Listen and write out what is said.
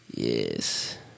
Yes